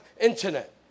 internet